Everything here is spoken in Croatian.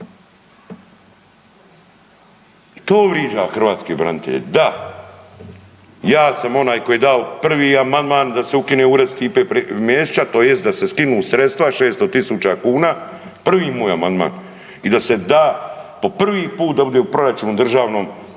to vriđa hrvatske branitelje, da ja sam onaj koji je dao prvi amandman da se ukine ured Stipe Mesića tj. da se skinu sredstva 600.000 kuna, prvi moj amandman i da se da po prvi put da bude u proračunu državnom da